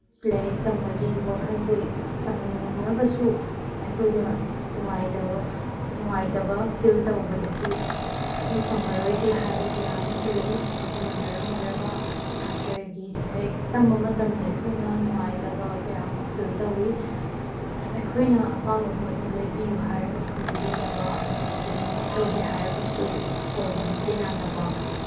ꯂꯥꯏꯔꯤꯛ ꯇꯝꯕꯒꯤ ꯋꯥꯈꯜꯁꯦ ꯇꯝꯅꯤꯡꯉꯒꯁꯨ ꯑꯩꯈꯣꯏꯗ ꯅꯨꯡꯉꯥꯏꯇꯕ ꯅꯨꯡꯉꯥꯏꯇꯕ ꯐꯤꯜ ꯇꯧꯕꯗꯒꯤ ꯑꯩ ꯇꯝꯃꯔꯣꯏꯒꯦ ꯍꯥꯏꯕ ꯀꯌꯥ ꯑꯃꯁꯨ ꯂꯩ ꯑꯗꯨꯅ ꯃꯔꯝ ꯑꯣꯏꯔꯒ ꯁꯥꯇ꯭ꯔꯒꯤ ꯂꯥꯏꯔꯤꯛ ꯇꯝꯕ ꯃꯇꯝꯗ ꯑꯩꯈꯣꯏꯅ ꯅꯨꯡꯉꯥꯏꯇꯕ ꯀꯌꯥ ꯑꯃ ꯐꯤꯜ ꯇꯧꯏ ꯑꯩꯈꯣꯏꯅ ꯑꯄꯥꯝꯕ ꯄꯣꯠꯇꯨ ꯂꯩꯕꯤꯌꯨ ꯍꯥꯏꯔꯒꯁꯨ ꯂꯩꯕꯤꯗꯕ ꯑꯗꯨꯒ ꯀꯩꯅꯣꯝꯃ ꯇꯧꯒꯦ ꯍꯥꯏꯔꯒꯁꯨ ꯇꯧꯕ ꯍꯦꯛꯇ ꯌꯥꯗꯕ